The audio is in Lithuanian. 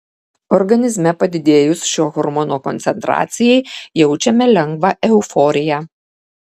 organizme padidėjus šio hormono koncentracijai jaučiame lengvą euforiją